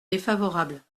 défavorable